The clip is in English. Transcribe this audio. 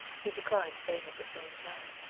he declined, saying at the same time,